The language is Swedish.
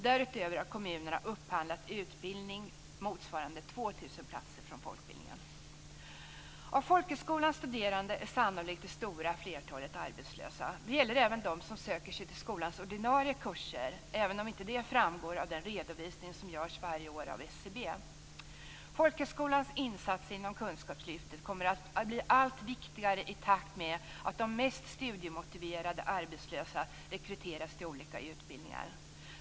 Därutöver har kommunerna upphandlat utbildning motsvarande 2 000 platser från folkbildningen. Av folkhögskolans studerande är sannolikt det stora flertalet arbetslösa. Det gäller även dem som söker sig till skolans ordinarie kurser, även om det inte framgår av den redovisning som görs varje år av SCB. Folkhögskolans insatser inom kunskapslyftet kommer att bli allt viktigare i takt med att de mest studiemotiverade arbetslösa rekryteras till olika utbildningar.